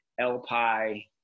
LPI